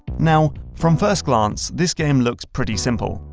now, from first glance, this game looks pretty simple.